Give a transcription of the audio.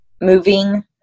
moving